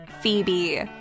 Phoebe